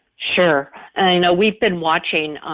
sure, and i know we've been watching,